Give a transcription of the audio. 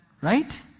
Right